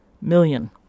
million